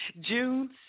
June